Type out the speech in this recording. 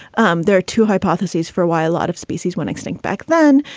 um there are two hypotheses for why a lot of species went extinct back then.